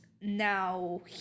now